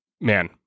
man